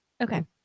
okay